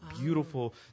beautiful